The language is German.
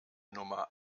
nummer